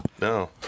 No